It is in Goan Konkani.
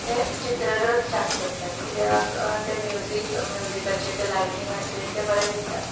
ते चित्ररथ स्टार्ट करतात कित्याक ते म्युजीक म्युजिकाचेर ते लायटनींगाचेर तें बरें दिसतात